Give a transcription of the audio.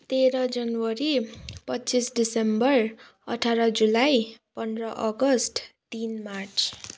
तेह्र जनवरी पच्चिस डिसेम्बर अठार जुलाई पन्ध्र अगस्ट तिन मार्च